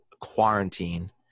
quarantine